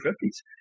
fifties